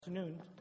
Afternoon